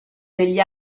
degli